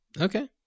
Okay